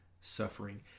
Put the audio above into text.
suffering